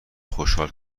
خوشحال